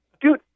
Dude